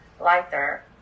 lighter